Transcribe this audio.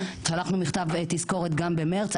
שלנו מכתב תזכורת גם במרץ.